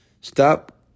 Stop